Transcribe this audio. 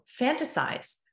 fantasize